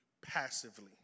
passively